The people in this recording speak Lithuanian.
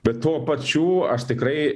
be tuo pačiu aš tikrai